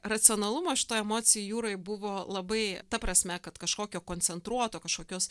racionalumo šitoj emocijų jūroj buvo labai ta prasme kad kažkokio koncentruoto kažkokios